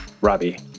Robbie